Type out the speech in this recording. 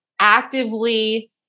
actively